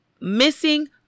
missing